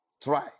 Try